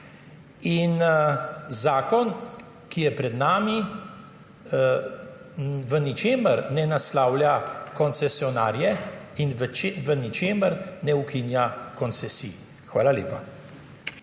in zakon, ki je pred nami, v ničemer ne naslavlja koncesionarjev in v ničemer ne ukinja koncesij. Hvala lepa.